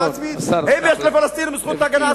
האם יש לירדן זכות הגנה עצמית?